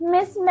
Miss